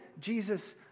Jesus